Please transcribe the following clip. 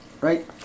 right